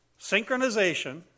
synchronization